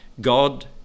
God